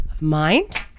mind